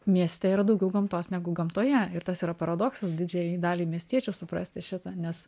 mieste yra daugiau gamtos negu gamtoje ir tas yra paradoksas didžiajai daliai miestiečių suprasti šitą nes